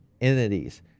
entities